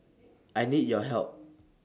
I need your help